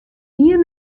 ien